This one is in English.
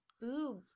boob